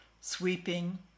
sweeping